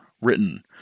written